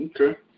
Okay